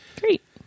Great